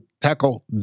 tackle